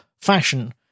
fashion